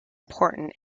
important